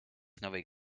nowej